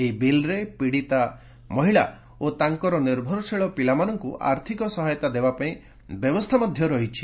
ଏହି ବିଲ୍ରେ ପିଡ଼ିତା ମହିଳା ଓ ତାଙ୍କର ନିର୍ଭରଶୀଳ ପିଲାମାନଙ୍କୁ ଆର୍ଥିକ ସହାୟତା ଦେବା ପାଇଁ ବ୍ୟବସ୍ଥା ରହିଛି